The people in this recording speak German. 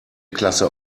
klasse